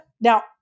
Now